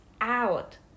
out